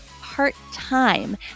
part-time